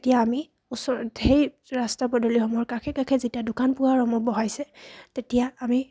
এতিয়া আমি ওচৰত সেই ৰাস্তা পদূলিসমূহৰ কাষে কাষে যেতিয়া দোকান পোহাৰসমূহ বহাইছে তেতিয়া আমি